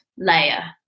layer